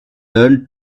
learn